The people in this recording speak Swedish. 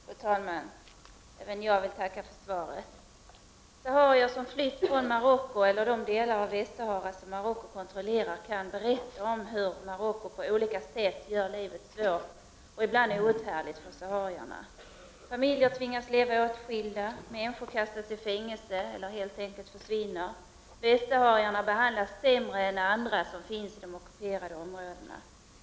Fru talman! Även jag vill tacka för svaret. Saharier som flytt från Marocko eller de delar av Västsahara som Marocko kontrollerar kan berätta om hur Marocko på olika sätt gör livet svårt, ibland outhärdligt, för saharierna. Familjer tvingas leva åtskilda, människor kastas i fängelse eller försvinner helt enkelt. Västsaharierna behandlas sämre än andra folk som finns i de ockuperade områdena.